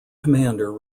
commander